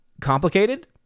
complicated